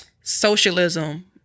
socialism